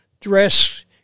Dress